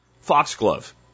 Foxglove